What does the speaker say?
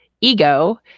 ego